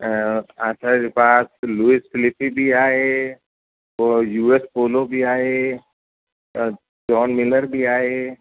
असांजे पास Luis Filipe बि आहे पोइ यू एस पोलो बि आहे जॉन मिलर बि आहे